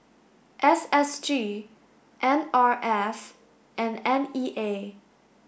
S S G N R F and N E A